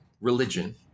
religion